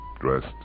dressed